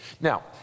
Now